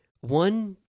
one